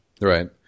Right